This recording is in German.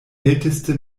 älteste